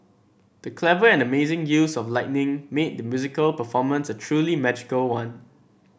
the clever and amazing use of lighting made the musical performance a truly magical one